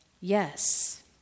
yes